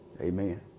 amen